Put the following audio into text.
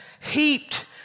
heaped